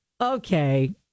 Okay